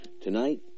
Tonight